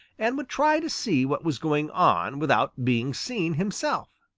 and would try to see what was going on without being seen himself.